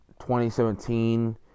2017